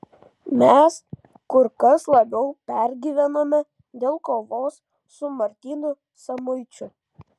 mes kur kas labiau pergyvenome dėl kovos su martynu samuičiu